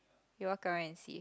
we walk around and see